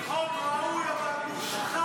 זה חוק ראוי אבל מושחת.